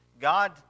God